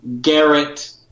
Garrett